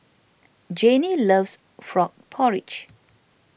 Janie loves Frog Porridge